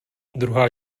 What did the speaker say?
druhá